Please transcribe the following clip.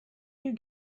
you